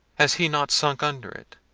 has he not sunk under it?